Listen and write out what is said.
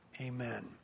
Amen